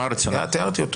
תיארתי אותו.